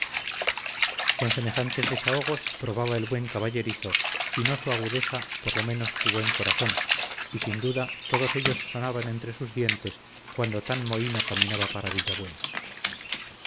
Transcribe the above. con semejantes desahogos probaba el buen caballerizo si no su agudeza por lo menos su buen corazón y sin duda todos ellos sonaban entre sus dientes cuando tan mohíno caminaba para villabuena